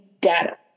data